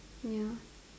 ya